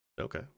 Okay